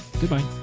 goodbye